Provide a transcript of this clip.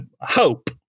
hope